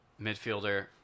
midfielder